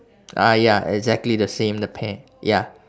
ah ya exactly the same the pear ya